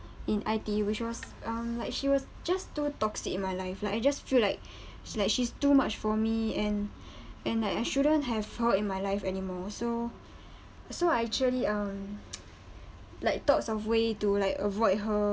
in I_T_E which was um like she was just too toxic in my life like I just feel like like she's too much for me and and that I shouldn't have her in my life anymore so so I actually um like thoughts of way to like avoid her